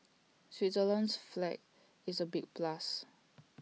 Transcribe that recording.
Switzerland's flag is A big plus